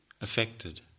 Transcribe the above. affected